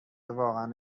واقعا